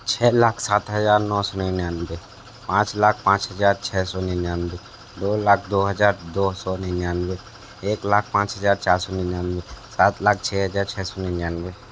छः लाख सात हज़ार नौ सौ निन्यानवे पाँच लाख पाँच हज़ार छः सौ निन्यानवे दो लाख दो हज़ार दो सौ निन्यानवे एक लाख पाँच हज़ार चार सौ निन्यानवे सात लाख छः हज़ार छः सौ निन्यानवे